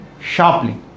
sharply